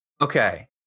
Okay